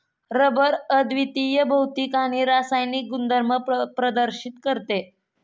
rubber अद्वितीय भौतिक आणि रासायनिक गुणधर्म प्रदर्शित करते